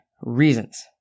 reasons